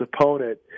opponent